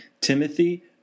Timothy